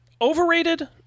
Overrated